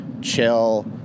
Chill